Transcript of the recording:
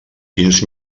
quins